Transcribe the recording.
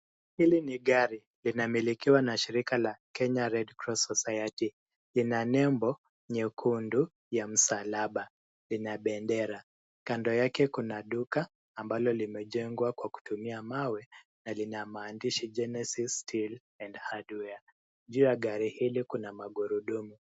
Hili ni gari. Linamilikiwa na shirika la Kenya Red Cross Society . Ina nembo nyekundu ya msalaba. Ina bendera. Kando yake kuna duka ambalo limejengwa kwa kutumia mawe na lina maandishi Genesis Till and Hardware . Juu ya gari hili kuna magurudumu.